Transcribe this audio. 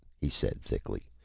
he said thickly.